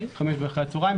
עסק בחמש אחר הצוהריים.